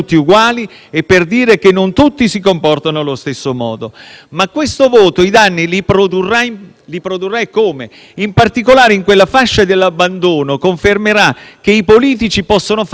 produrrà danni; in particolare, in quella fascia dell'abbandono confermerà che i politici possono fare quello che vogliono. Questo è il messaggio peggiore che una classe dirigente potrebbe favorire.